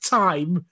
time